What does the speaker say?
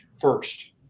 first